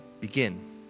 Begin